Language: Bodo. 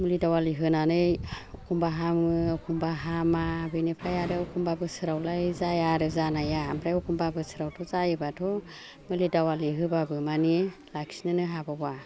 मुलि दावालि होनानै अखम्बा हामो अखम्बा हामा बिनिफ्राय आरो अखम्बा बोसोरावलाय जाया आरो जानाया ओमफ्राय एखम्बा बोसोरावथ' जायोबाथ' मुलि दावालि होबाबो मानि लाखिनोनो हाबावा